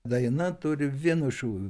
daina turi vienu šūviu